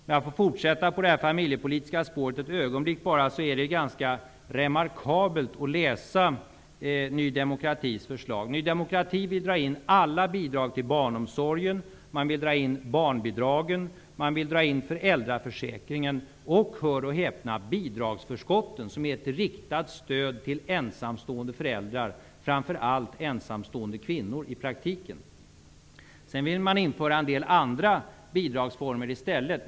Om jag får fortsätta på det familjepolitiska spåret ett ögonblick, är det ganska remarkabelt att läsa Ny demokratis förslag. Ny demokrati vill dra in alla bidrag till barnomsorgen: barnbidragen, föräldraförsäkringen och -- hör och häpna -- bidragsförskotten, som är ett riktat stöd till ensamstående föräldrar, i praktiken framför allt ensamstående kvinnor. Ny demokrati vill införa en del andra bidragsformer i stället.